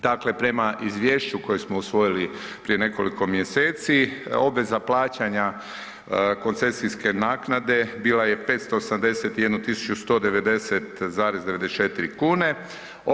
Dakle, prema izvješću koje smo usvojili prije nekoliko mjeseci obveza plaćanja koncesijske naknade bila je 581.190.94 kn.